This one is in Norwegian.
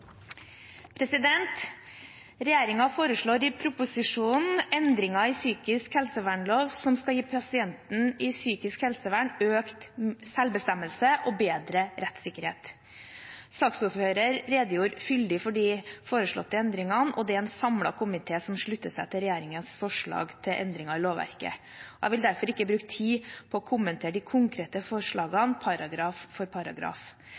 foreslår i proposisjonen endringer i psykisk helsevernloven som skal gi pasientene i psykisk helsevern økt selvbestemmelse og bedre rettssikkerhet. Saksordføreren redegjorde fyldig for de foreslåtte endringene, og det er en samlet komité som slutter seg til regjeringens forslag til endringer i lovverket. Jeg vil derfor ikke bruke tid på å kommentere de konkrete forslagene paragraf for paragraf.